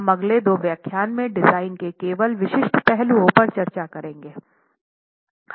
हम अगले दो व्याख्यान में डिजाइन के केवल विशिष्ट पहलुओं पर चर्चा करेंगे